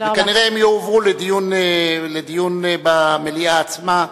והן כנראה יועברו לדיון במליאה עצמה.